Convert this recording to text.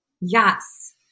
Yes